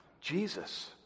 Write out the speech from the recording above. Jesus